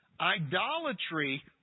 idolatry